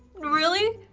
really?